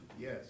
Yes